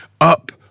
up